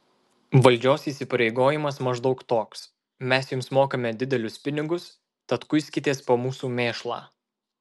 valdžios įpareigojimas maždaug toks mes jums mokame didelius pinigus tad kuiskitės po mūsų mėšlą